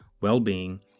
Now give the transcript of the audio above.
well-being